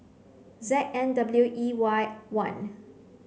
Z N W E Y one